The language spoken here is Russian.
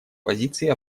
позиции